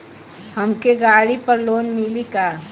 हमके गाड़ी पर लोन मिली का?